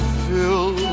fill